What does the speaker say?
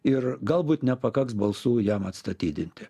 ir galbūt nepakaks balsų jam atstatydinti